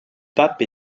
pape